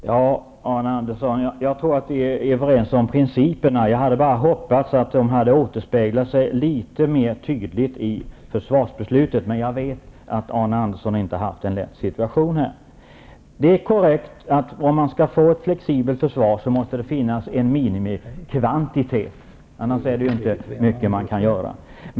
Herr talman! Jag tror att vi är överens om principerna, Arne Andersson. Jag hade bara hoppats att de hade återspeglats litet tydligare i försvarsbeslutet, men jag vet att Arne Andersson inte har haft någon lätt situation här. Det är korrekt att om man skall få ett flexibelt försvar måste det finnas en minimikvantitet, annars är det inte mycket man kan göra.